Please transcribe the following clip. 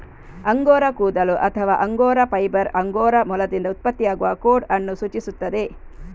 angora ಕೂದಲು ಅಥವಾ angora fibre angora ಮೊಲದಿಂದ ಉತ್ಪತ್ತಿಯಾಗುವ ಕೋಟ್ ಅನ್ನು ಸೂಚಿಸುತ್ತದೆ